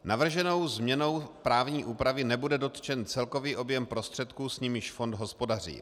Navrženou změnou právní úpravy nebude dotčen celkový objem prostředků, s nimiž fond hospodaří.